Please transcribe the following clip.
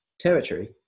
territory